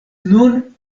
nun